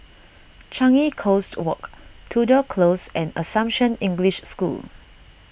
Changi Coast Walk Tudor Close and Assumption English School